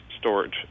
storage